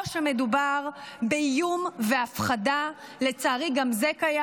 או שמדובר באיום והפחדה, לצערי גם זה קיים.